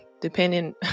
depending